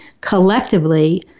collectively